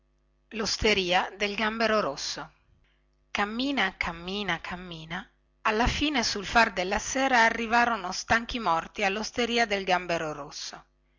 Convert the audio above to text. losteria del gambero rosso cammina cammina cammina alla fine sul far della sera arrivarono stanchi morti allosteria del gambero rosso